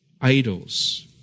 idols